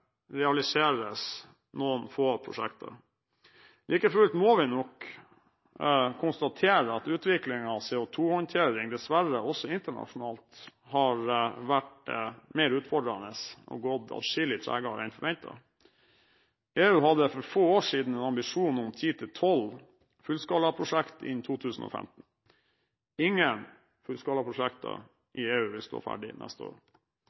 realiseres noen få prosjekter. Like fullt må vi nok konstatere at utviklingen av CO2-håndtering dessverre også internasjonalt har vært mer utfordrende og gått atskillig tregere enn forventet. EU hadde for få år siden en ambisjon om ti–tolv fullskalaprosjekter innen 2015. Ingen fullskalaprosjekter i EU vil stå ferdig neste år.